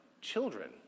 children